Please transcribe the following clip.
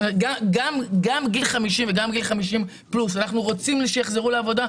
גם גיל 50 וגם גיל 50 פלוס אנחנו רוצים שיחזרו לעבודה,